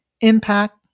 impact